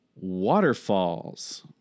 Waterfalls